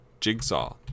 Jigsaw